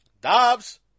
Dobbs